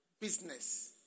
business